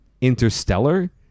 Interstellar